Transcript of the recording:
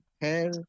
hair